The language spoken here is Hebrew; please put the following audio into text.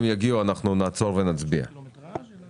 יחזרו אנחנו נעצור ונצביע על הפנייה שבה דנו.